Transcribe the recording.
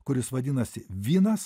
kuris vadinasi vinas